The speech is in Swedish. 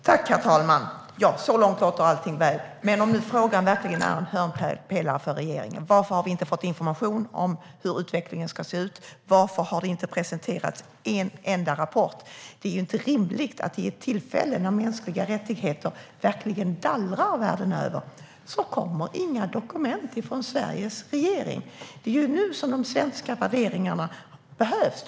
Herr talman! Så långt låter allting väl. Men om nu frågan verkligen är en hörnpelare för regeringen, varför har vi inte fått information om hur utvecklingen ska se ut? Varför har det inte presenterats en enda rapport? Det är inte rimligt att det när mänskliga rättigheter verkligen dallrar världen över inte kommer några dokument från Sveriges regering. Det är nu som de svenska värderingarna behövs.